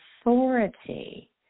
authority